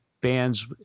bands